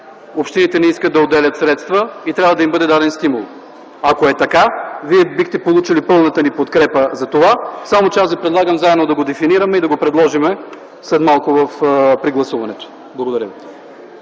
общините не искат да отделят средства и трябва да им бъде даден стимул. Ако е така, вие бихте получили пълната ни подкрепа за това. Аз ви предлагам заедно да го дефинираме и да го предложим след малко при гласуването. Благодаря.